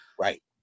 Right